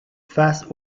face